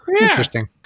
Interesting